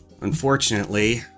Unfortunately